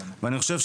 אני חושב,